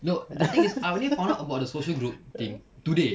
look the thing is I only found out about the social group thing today